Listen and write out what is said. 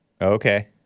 Okay